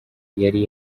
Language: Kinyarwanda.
yari